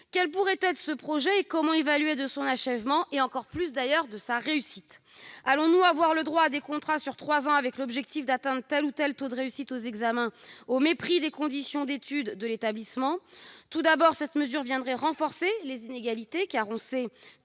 Quel pourrait être ce projet ? Comment évaluer son achèvement et, encore plus, sa réussite ? Allons-nous avoir droit à des contrats sur trois ans, avec l'objectif d'atteindre tel ou tel taux de réussite aux examens, au mépris des conditions d'études de l'établissement ? Tout d'abord, cette mesure viendrait aggraver les inégalités : on sait